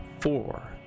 Four